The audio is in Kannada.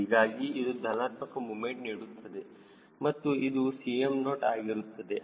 ಹೀಗಾಗಿ ಇದು ಧನಾತ್ಮಕ ಮೂಮೆಂಟ್ ನೀಡುತ್ತದೆ ಮತ್ತು ಇದು Cm0 ಆಗಿರುತ್ತದೆ